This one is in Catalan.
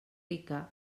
rica